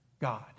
God